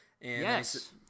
Yes